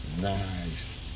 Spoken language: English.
nice